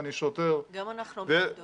אני שוטר --- גם אנחנו אומרים עובדות.